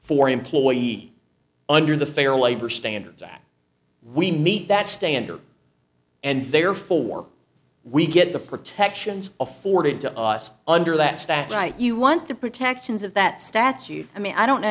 an employee under the fair labor standards act we meet that standard and therefore we get the protections afforded to us under that stack right you want the protections of that statute i mean i don't know